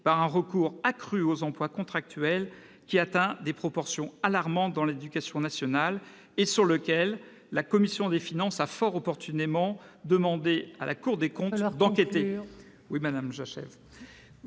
par un recours accru aux emplois contractuels, qui atteint dans l'éducation nationale des proportions alarmantes et sur lequel la commission des finances a fort opportunément demandé à la Cour des comptes d'enquêter.